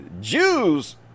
Jews